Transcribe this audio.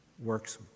works